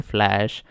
Flash